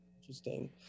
interesting